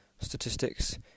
statistics